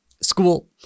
School